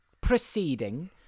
proceeding